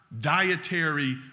dietary